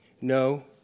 No